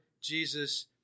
Jesus